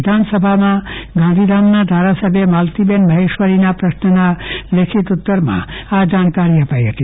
વિધાનસભામાં ગાંધીધામના ધારાસભ્ય માલતીબેન માહેશ્વરીના પ્રશ્નના લેખિત ઉત્તરમાં આ જાણકારી અપાઈ હતી